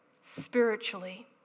Spiritually